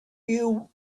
you